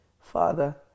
Father